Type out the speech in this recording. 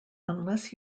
unless